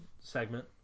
segment